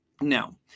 No